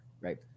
Right